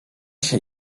się